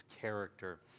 character